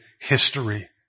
history